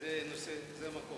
זה הנושא, זה המקום.